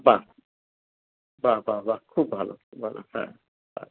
বাহ বাহ বাহ বাহ খুব ভালো ভালো হ্যাঁ